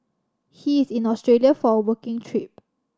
he is in Australia for a working trip